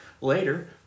later